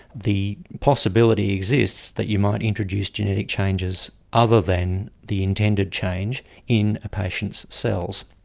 the possibility exists that you might introduce genetic changes other than the intended change in a patient's cells.